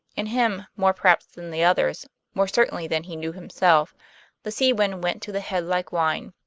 in him, more perhaps than the others more certainly than he knew himself the sea wind went to the head like wine.